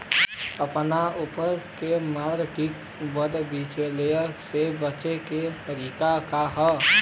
आपन उपज क मार्केटिंग बदे बिचौलियों से बचे क तरीका का ह?